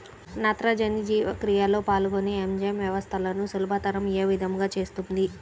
నత్రజని జీవక్రియలో పాల్గొనే ఎంజైమ్ వ్యవస్థలను సులభతరం ఏ విధముగా చేస్తుంది?